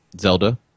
Zelda